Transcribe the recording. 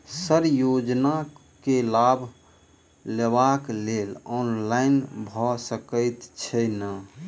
Sir योजना केँ लाभ लेबऽ लेल ऑनलाइन भऽ सकै छै नै?